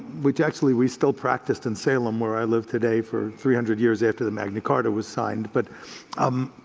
which actually we still practiced in salem where i live today for three hundred years after the magna carta was signed, but um